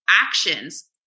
actions